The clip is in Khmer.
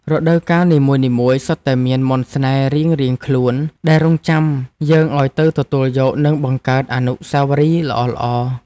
រដូវកាលនីមួយៗសុទ្ធតែមានមន្តស្នេហ៍រៀងៗខ្លួនដែលរង់ចាំយើងឱ្យទៅទទួលយក និងបង្កើតនូវអនុស្សាវរីយ៍ល្អៗ។